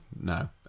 no